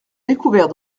découvert